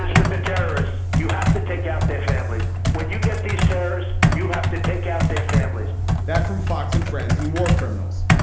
with the terrorists you have to take out their families when you get these terrorists. you have to take out their families that from fox and friends and war criminals.